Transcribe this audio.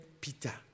Peter